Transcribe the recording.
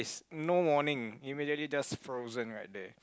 no morning immediately just frozen right there